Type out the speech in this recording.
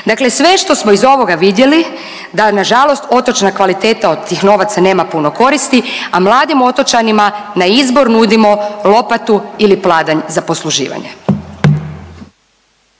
Dakle, sve što smo iz ovoga vidjeli, da nažalost otočna kvaliteta od tih novaca nema puno koristi, a mladim otočanima na izbor nudimo lopatu ili pladanj za posluživanje.